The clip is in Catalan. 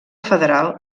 federal